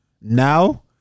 now